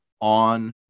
on